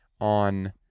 on